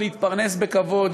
להתפרנס בכבוד,